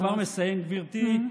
אני כבר מסיים, גברתי.